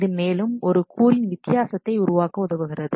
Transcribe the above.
இது மேலும் ஒரு கூறின் வித்தியாசத்தை உருவாக்க உதவுகிறது